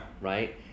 Right